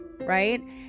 right